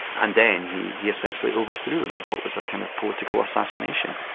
and then he he essentially overthrew him in what was a kind of political assassination.